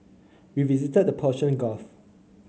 we visited the Persian Gulf